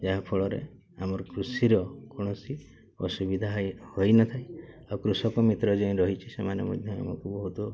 ଯାହାଫଳରେ ଆମର କୃଷିର କୌଣସି ଅସୁବିଧା ହୋଇନଥାଏ ଆଉ କୃଷକ ମିତ୍ର ଯାଇ ରହିଛି ସେମାନେ ମଧ୍ୟ ଆମକୁ ବହୁତ